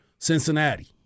Cincinnati